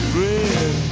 red